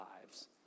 lives